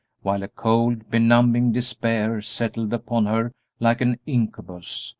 while a cold, benumbing despair settled upon her like an incubus,